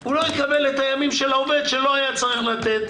הוא לא יקבל את הימים של העובד שלא היה צריך לתת,